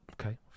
okay